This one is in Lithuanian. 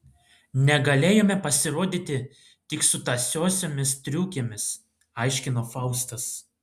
negalėjome pasirodyti tik su tąsiosiomis striukėmis aiškino faustas